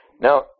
Now